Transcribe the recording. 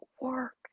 work